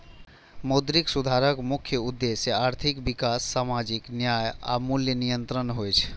मौद्रिक सुधारक मुख्य उद्देश्य आर्थिक विकास, सामाजिक न्याय आ मूल्य नियंत्रण होइ छै